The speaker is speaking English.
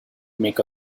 make